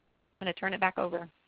but to turn it back over.